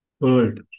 world